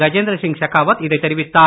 கஜேந்திரசிங் ஷெகாவத் இதைத் தெரிவித்தார்